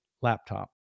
laptop